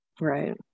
Right